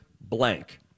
blank